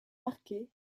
marqués